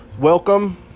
welcome